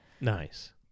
Nice